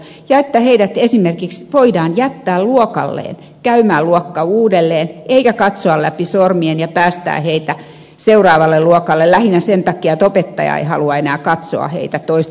ja että heidät esimerkiksi voidaan jättää luokalleen käymään luokka uudelleen eikä katsoa läpi sormien ja päästää heitä seuraavalle luokalle lähinnä sen takia että opettaja ei halua enää katsoa heitä toista vuotta